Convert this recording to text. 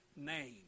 name